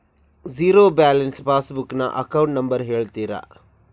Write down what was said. Zero balance passbook ನ account number ಹೇಳುತ್ತೀರಾ?